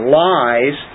lies